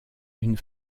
une